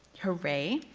hooray,